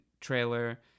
trailer